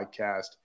podcast